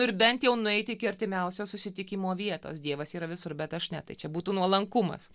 ir bent jau nueiti iki artimiausio susitikimo vietos dievas yra visur bet aš ne tai čia būtų nuolankumas